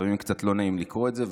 לפעמים קצת לא נעים לקרוא את זה,